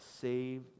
save